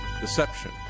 deception